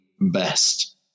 best